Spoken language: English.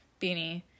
Beanie